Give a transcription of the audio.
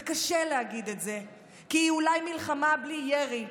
וקשה להגיד את זה, כי היא אולי מלחמה בלי ירי,